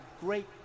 great